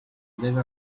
deve